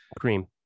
Cream